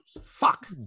Fuck